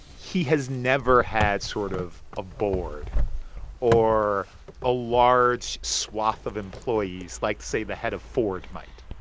he has never had sort of a board or a large swath of employees like, say, the head of ford might.